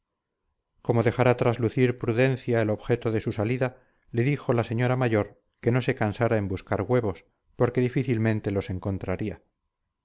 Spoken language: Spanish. como dejara traslucir prudencia el objeto de su salida le dijo la señora mayor que no se cansara en buscar huevos porque difícilmente los encontraría